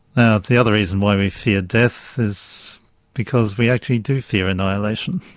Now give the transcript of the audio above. now the other reason why we fear death is because we actually do fear annihilation.